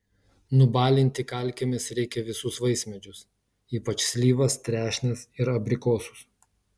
nubalinti kalkėmis reikia visus vaismedžius ypač slyvas trešnes ir abrikosus